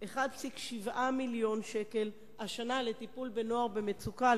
1.7 מיליון ש"ח השנה לטיפול בנוער במצוקה,